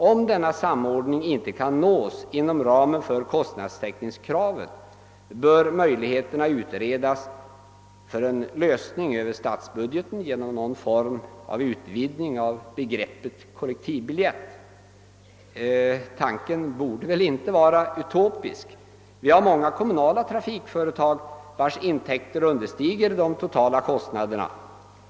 Om denna samordning inte kan nås inom ramen för kostnadstäckningskravet, bör möjligheterna utredas för en lösning över statsbudgeten genom någon form av utvidgning av begreppet »kollektivbiljett». Tanken borde inte vara utopisk. Vi har många kommunala trafikföretag, vilkas intäkter understiger de totala kostnaderna.